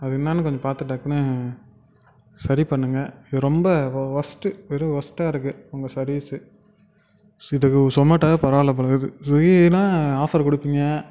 அது என்னென்னு கொஞ்சம் பார்த்து டக்குன்னு சரி பண்ணுங்க இது ரொம்ப வொர்ஸ்ட் வெரி வொர்ஸ்ட்டாக இருக்குது உங்கள் சர்வீஸ்ஸு இதுக்கு ஸ்மோட்டோவே பரவாயில்ல போல் இருக்குது ஸ்விகின்னால் ஆஃபர் கொடுப்பீங்க